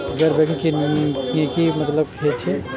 गैर बैंकिंग के की मतलब हे छे?